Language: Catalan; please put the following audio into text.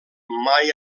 mai